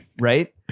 right